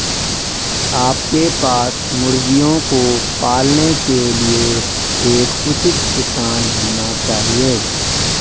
आपके पास मुर्गियों को पालने के लिए एक उचित स्थान होना चाहिए